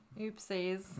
Oopsies